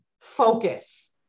focus